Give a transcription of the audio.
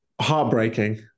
heartbreaking